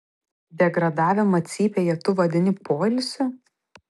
degradavimą cypėje tu vadini poilsiu